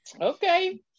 okay